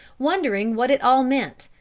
wondering what it all meant.